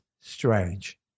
strange